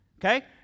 okay